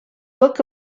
book